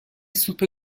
سوپ